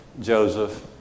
Joseph